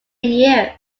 year